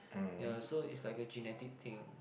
ya so is like a genetic thing